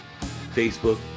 Facebook